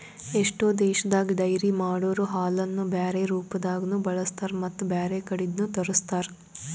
ಎಷ್ಟೋ ದೇಶದಾಗ ಡೈರಿ ಮಾಡೊರೊ ಹಾಲನ್ನು ಬ್ಯಾರೆ ರೂಪದಾಗನೂ ಬಳಸ್ತಾರ ಮತ್ತ್ ಬ್ಯಾರೆ ಕಡಿದ್ನು ತರುಸ್ತಾರ್